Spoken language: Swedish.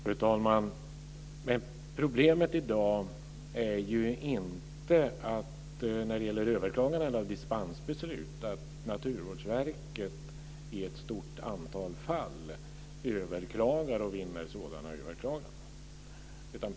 Fru talman! Problemet i dag när det gäller överklaganden av dispensbeslut är ju inte att Naturvårdsverket i ett stort antal fall överklagar och vinner sådana överklaganden.